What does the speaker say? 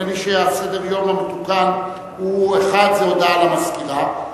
נדמה לי שסדר-היום המתוקן הוא: הודעה למזכירה,